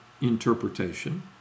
interpretation